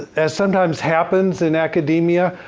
as sometimes happens in academia,